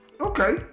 Okay